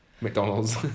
McDonald's